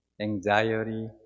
anxiety